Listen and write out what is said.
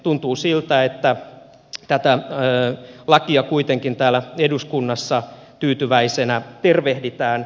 tuntuu siltä että tätä lakia kuitenkin täällä eduskunnassa tyytyväisenä tervehditään